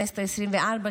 בכנסת העשרים-וארבע.